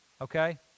okay